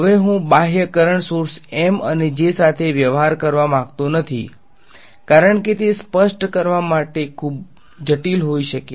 હવે હું બાહ્ય કરંટ સોર્સ M અને J સાથે વ્યવહાર કરવા માંગતો નથી કારણ કે તે સ્પષ્ટ કરવા માટે ખૂબ જટિલ હોઈ શકે છે